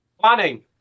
Planning